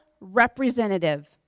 representative